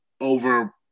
over